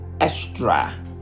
Extra